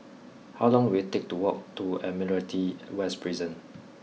how long will it take to walk to Admiralty West Prison